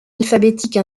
alphabétique